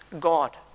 God